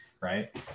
right